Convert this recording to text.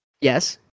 Yes